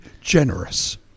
generous